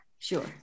Sure